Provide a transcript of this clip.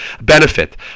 benefit